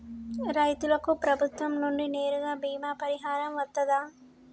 రైతులకు ప్రభుత్వం నుండి నేరుగా బీమా పరిహారం వత్తదా?